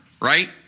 right